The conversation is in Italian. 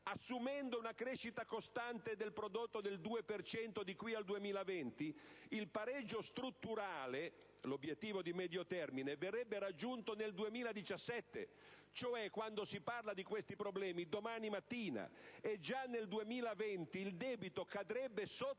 assumendo una crescita costante del PIL del 2 per cento di qui al 2020, il pareggio strutturale (ossia l'obiettivo di medio termine) verrebbe raggiunto nel 2017. Quando si parla di questi problemi, vuol dire domani mattina. Già nel 2020 il debito cadrebbe sotto